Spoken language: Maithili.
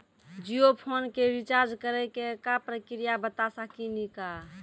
जियो फोन के रिचार्ज करे के का प्रक्रिया बता साकिनी का?